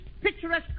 picturesque